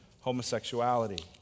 homosexuality